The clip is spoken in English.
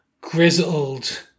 grizzled